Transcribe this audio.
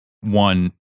one